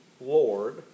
Lord